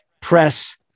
press